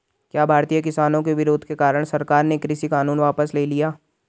क्या भारतीय किसानों के विरोध के कारण सरकार ने कृषि कानून वापस ले लिया?